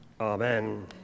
amen